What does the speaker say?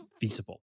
feasible